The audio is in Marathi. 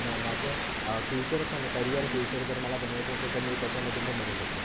माझं फ्युचर पण करिअर फ्युचर जर मला बनवायचं असेल तं त्याच्यामध्ये पण बनवू शकतो